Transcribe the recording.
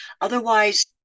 Otherwise